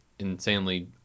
insanely